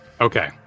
Okay